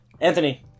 Anthony